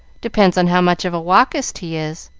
depends on how much of a walkist he is.